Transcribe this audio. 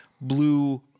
blue